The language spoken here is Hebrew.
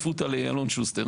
במקור.